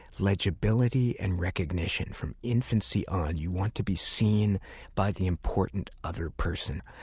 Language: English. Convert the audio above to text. legibility and recognition. from infancy on, you want to be seen by the important other person.